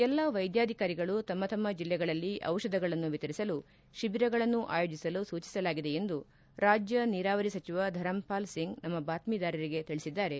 ಎಲ್ಲಾ ವೈದ್ಯಾಧಿಕಾರಿಗಳು ತಮ್ನ ತಮ್ನ ಜಿಲ್ಲೆಗಳಲ್ಲಿ ಚಿಷಧಗಳನ್ನು ವಿತರಿಸಲು ತಿಬಿರಗಳನ್ನು ಆಯೋಜಿಸಲು ಸೂಚಿಸಲಾಗಿದೆ ಎಂದು ರಾಜ್ಯ ನೀರಾವರಿ ಸಚಿವ ಧರಂಪಾಲ್ ಸಿಂಗ್ ನಮ್ನ ಬಾತ್ನೀದಾರರಿಗೆ ತಿಳಿಸಿದ್ದಾರೆ